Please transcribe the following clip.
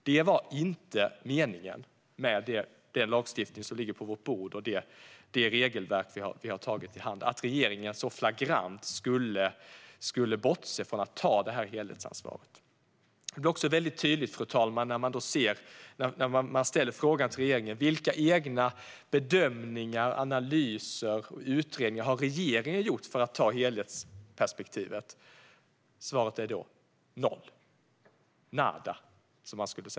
Det var inte meningen med den lagstiftning som ligger på vårt bord och det regelverk som vi har tagit i hand på att regeringen så flagrant skulle bortse från att ta detta helhetsansvar. Det blir också väldigt tydligt, fru talman, när man ställer frågan till regeringen vilka egna bedömningar, analyser och utredningar regeringen har gjort för att anlägga ett helhetsperspektiv. Svaret är då noll - nada.